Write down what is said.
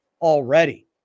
already